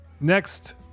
Next